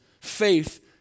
Faith